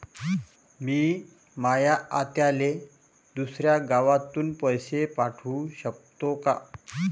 मी माया आत्याले दुसऱ्या गावातून पैसे पाठू शकतो का?